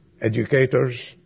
educators